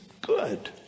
good